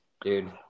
dude